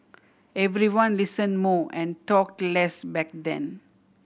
everyone listened more and talked less back then